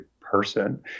person